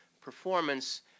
performance